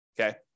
okay